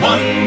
One